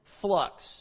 flux